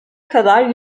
kadar